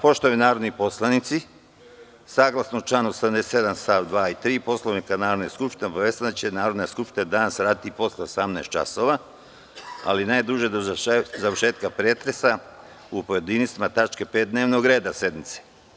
Poštovani narodni poslanici, saglasno članu 87. st. 2 i 3. Poslovnika Narodne skupštine, obaveštavam da će Narodna skupština danas raditi i posle 18 časova, ali ne duže do završetka pretresa u pojedinostima tačke 5. dnevnog reda sednice.